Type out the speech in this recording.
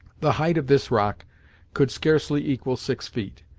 the height of this rock could scarcely equal six feet,